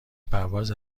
پرواز